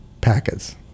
packets